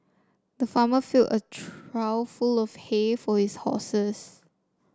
the farmer filled a trough full of hay for his horses